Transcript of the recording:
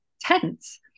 tense